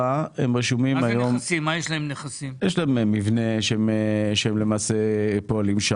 יש להם מבנה בו הם פועלים.